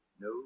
No